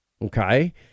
Okay